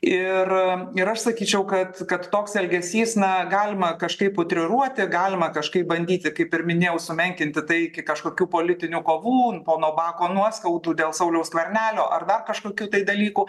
ir a ir aš sakyčiau kad kad toks elgesys na galima kažkaip utriruoti galima kažkaip bandyti kaip ir minėjau sumenkinti tai kažkokių politinių kovų pono bako nuoskaudų dėl sauliaus skvernelio ar dar kažkokių dalykų